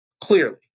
clearly